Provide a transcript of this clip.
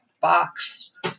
box